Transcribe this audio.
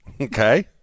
Okay